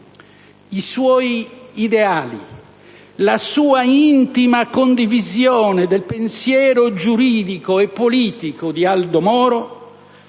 I suoi ideali, la sua intima condivisione del pensiero politico e giuridico dì Aldo Moro,